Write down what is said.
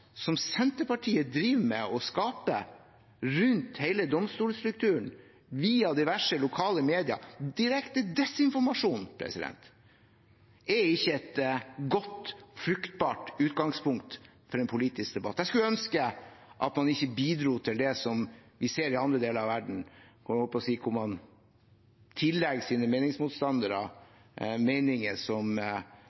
som Senterpartiet driver og skaper rundt hele domstolstrukturen via diverse lokale medier, er direkte desinformasjon. Det er ikke et godt, fruktbart utgangspunkt for en politisk debatt. Jeg skulle ønske at man ikke bidro til det som vi ser i andre deler av verden,